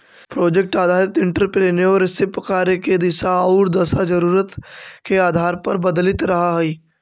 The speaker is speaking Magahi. प्रोजेक्ट आधारित एंटरप्रेन्योरशिप के कार्य के दिशा औउर दशा जरूरत के आधार पर बदलित रहऽ हई